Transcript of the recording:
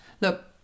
Look